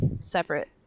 separate